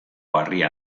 harria